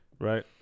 Right